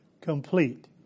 complete